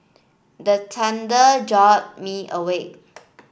the thunder jolt me awake